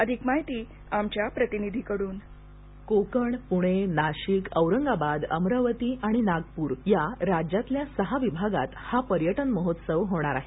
अधिक माहिती आमच्या प्रतिनिधीकडून कोकण पुणे नाशिक औरंगाबाद अमरावती आणि नागपूर या राज्यातल्या सहा विभागात हा पर्यटन महोत्सव होणार आहे